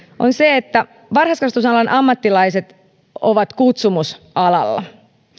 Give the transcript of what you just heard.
niin siitä että varhaiskasvatusalan ammattilaiset ovat kutsumusalalla